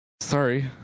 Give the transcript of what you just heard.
Sorry